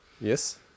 Yes